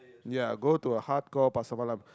ya go to a hardcore Pasar Malam